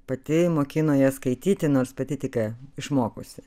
pati mokino jas skaityti nors pati tik ką išmokusi